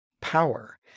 power